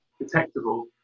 detectable